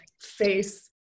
face